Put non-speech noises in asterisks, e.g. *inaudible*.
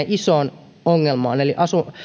*unintelligible* isoon ongelmaamme eli